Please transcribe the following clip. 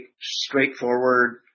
straightforward